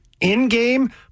in-game